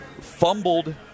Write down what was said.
Fumbled